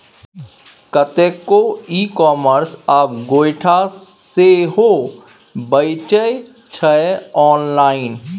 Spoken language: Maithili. कतेको इ कामर्स आब गोयठा सेहो बेचै छै आँनलाइन